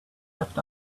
left